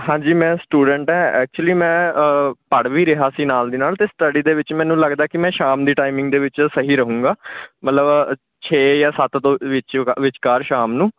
ਹਾਂਜੀ ਮੈਂ ਸਟੂਡੈਂਟ ਐ ਐਕਚੁਲੀ ਮੈਂ ਪੜ੍ਹ ਵੀ ਰਿਹਾ ਸੀ ਨਾਲ ਦੀ ਨਾਲ ਅਤੇ ਸਟੱਡੀ ਦੇ ਵਿੱਚ ਮੈਨੂੰ ਲੱਗਦਾ ਕਿ ਮੈਂ ਸ਼ਾਮ ਦੀ ਟਾਈਮਿੰਗ ਦੇ ਵਿੱਚ ਸਹੀ ਰਹੂੰਗਾ ਮਤਲਬ ਛੇ ਜਾਂ ਸੱਤ ਤੋਂ ਵਿੱਚਕਾ ਵਿੱਚਕਾਰ ਸ਼ਾਮ ਨੂੰ